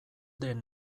den